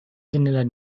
jendela